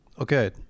Okay